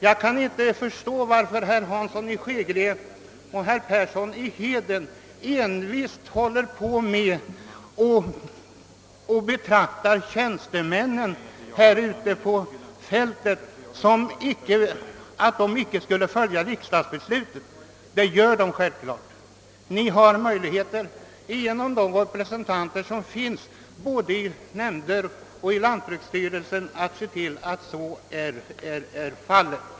Jag kan inte förstå varför herr Hansson i Skegrie och herr Persson i Heden envist vidhåller att tjänstemännen ute på fältet inte skulle följa riksdagsbeslutet. Självfallet gör de det. Ni har möjligheter att se till att så är fallet genom representanter i lantbruksnämnder och i lantbruksstyrelsen.